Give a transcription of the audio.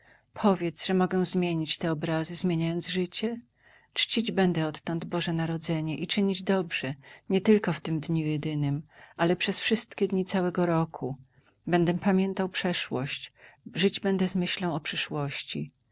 powiedz że mogę zmienić te obrazy zmieniając życie czcić będę odtąd boże narodzenie i czynić dobrze nietylko w tym dniu jednym ale przez wszystkie dni całego roku będę pamiętał przeszłość żyć będę z myślą o przyszłości